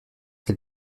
elle